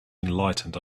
enlightened